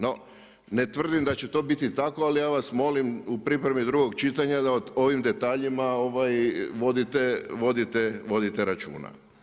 No ne tvrdim da će to biti tako, ali ja vas molim u pripremi drugog čitanja da o ovim detaljima vodite računa.